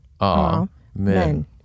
amen